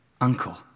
Uncle